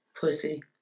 pussy